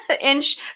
inch